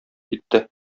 китте